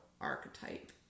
archetype